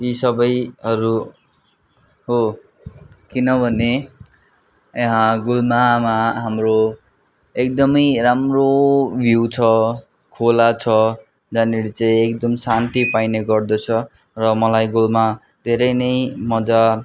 यी सबैहरू हो किनभने यहाँ गुलमामा हाम्रो एकदमै राम्रो भ्यु छ खोला छ जाहाँनेर चाहिँ एकदमै शान्ति पाइने गर्दछ र मलाई गुलमा धेरै नै मजा